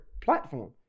platform